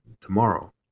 tomorrow